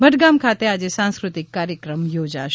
ભટગામ ખાતે આજે સાંસ્કૃતિક કાર્યક્રમ યોજાશે